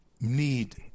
need